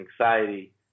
anxiety